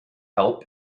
help